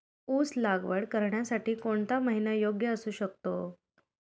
ऊस लागवड करण्यासाठी कोणता महिना योग्य असू शकतो?